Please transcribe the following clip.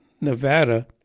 Nevada